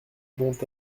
dont